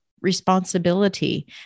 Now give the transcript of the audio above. responsibility